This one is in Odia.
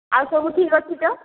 ଆଉ ସବୁ ଠିକ ଅଛି ତ